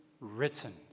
written